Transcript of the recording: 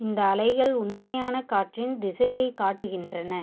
இந்த அலைகள் உண்மையான காற்றின் திசையைக் காட்டுகின்றன